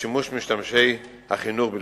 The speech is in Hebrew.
לשימוש משתמשי משרד החינוך בלבד.